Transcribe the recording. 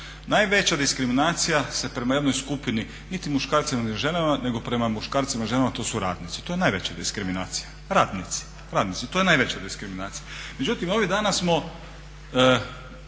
Najveća diskriminacija se prema jednoj skupini niti muškarcima ni ženama, nego prema muškarcima i ženama, a to su radnici, to je najveća diskriminacija, radnici. To je najveća diskriminacija. Međutim ovih danas